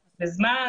בזמן.